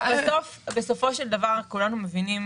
בסופו של דבר כולנו מבינים